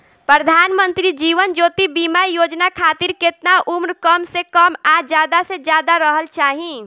प्रधानमंत्री जीवन ज्योती बीमा योजना खातिर केतना उम्र कम से कम आ ज्यादा से ज्यादा रहल चाहि?